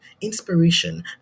inspiration